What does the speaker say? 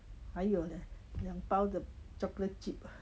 还有 leh 两包的 chocolate chip